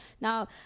Now